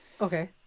okay